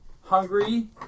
hungry